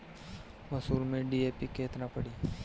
मसूर में डी.ए.पी केतना पड़ी?